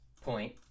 point